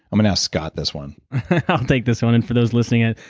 i'm and scott this one i'll take this one and for those listening in,